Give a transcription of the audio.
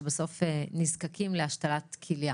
שבסוף נזקקים להשתלת כליה.